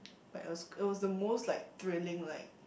but it was it was the most like thrilling like